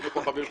שני כוכבים,